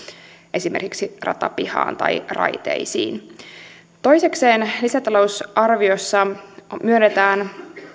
esimerkiksi ratapihaan tai raiteisiin toisekseen lisätalousarviossa myönnetään